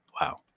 Wow